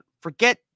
Forget